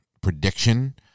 prediction